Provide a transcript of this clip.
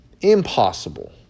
impossible